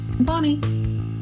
bonnie